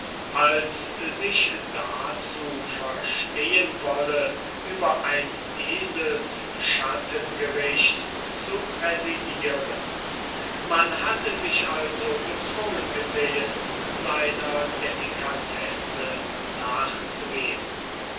als sich dazu verstehen wolle über ein eselsschattengericht zu präsidieren man hatte sich also gezwungen gesehen seiner delicatesse nachzugeben